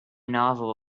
novel